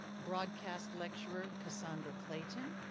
broadcast lecturer cassandra clayton.